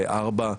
בארבע,